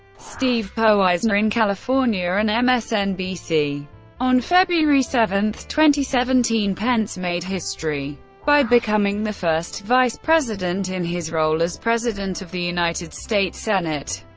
steve poizner in california and msnbc. on february seven, two seventeen, pence made history by becoming the first vice president, in his role as president of the united states senate,